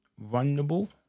Vulnerable